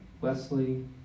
Wesley